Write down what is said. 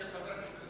חבר הכנסת מקלב.